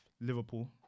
Liverpool